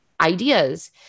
ideas